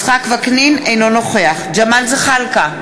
אינו נוכח ג'מאל זחאלקה,